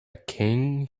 king